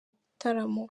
gitaramo